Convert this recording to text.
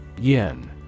Yen